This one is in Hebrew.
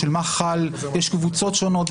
כשיש קבוצות שונות,